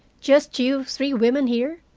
just you three women here?